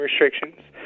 restrictions